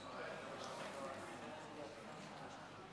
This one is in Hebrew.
מכובדי היושב-ראש,